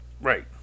Right